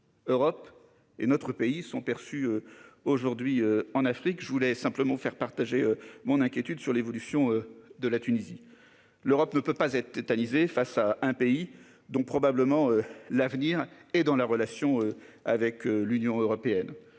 Europe et notre pays sont perçus aujourd'hui en Afrique. Je voulais simplement faire partager mon inquiétude sur l'évolution de la Tunisie. L'Europe ne peut pas être tétanisé face à un pays dont probablement l'avenir et dans la relation avec l'Union européenne.